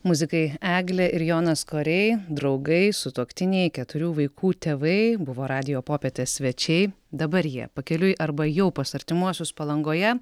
muzikai eglė ir jonas koriai draugai sutuoktiniai keturių vaikų tėvai buvo radijo popietės svečiai dabar jie pakeliui arba jau pas artimuosius palangoje